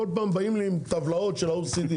כי כל פעם באים לי עם טבלאות של ה-OECD.